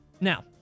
Now